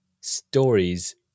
stories